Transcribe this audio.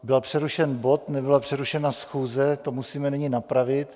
Byl přerušen bod, nebyla přerušena schůze, to musíme nyní napravit.